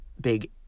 big